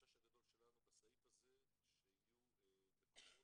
החשש הגדול שלנו בסעיף הזה שיהיו מקומות